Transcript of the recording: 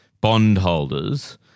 bondholders